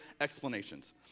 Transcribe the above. explanations